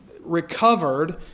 recovered